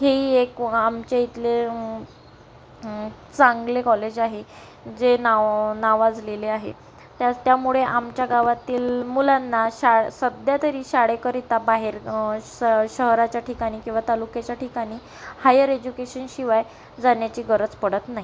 हेही एक आमच्याइथले चांगले कॉलेज आहे जे नाव नावाजलेले आहे त्या त्यामुळे आमच्या गावातील मुलांना शा सध्या तरी शाळेकरिता बाहेर श शहराच्या ठिकाणी किंवा तालुक्याच्या ठिकाणी हायर एज्युकेशनशिवाय जाण्याची गरज पडत नाही